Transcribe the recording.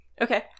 Okay